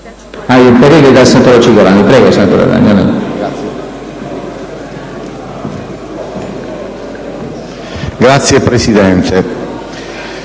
Grazie, Presidente.